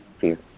fear